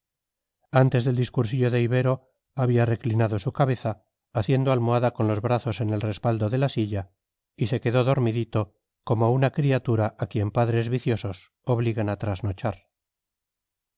antes del discursillo de ibero había reclinado su cabeza haciendo almohada con los brazos en el respaldo de la silla y se quedó dormidito como una criatura a quien padres viciosos obligan a trasnochar